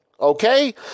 Okay